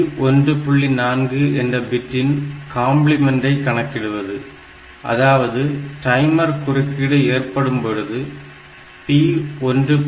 4 என்ற பிட்டின் காம்ப்ளிமென்டை கணக்கிடுவது அதாவது டைமர் குறுக்கீடு ஏற்படும்பொழுது P1